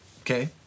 Okay